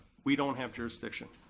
we don't have jurisdiction,